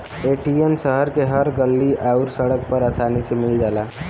ATM शहर के हर गल्ली आउर सड़क पर आसानी से मिल जाला